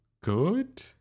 good